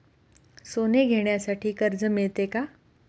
सोने घेण्यासाठी कर्ज मिळते का?